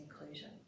inclusion